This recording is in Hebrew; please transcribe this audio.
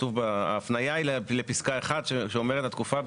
הפנייה לפסקה (1) שאומרת ככה,